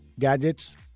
Gadgets